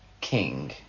king